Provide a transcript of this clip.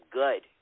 good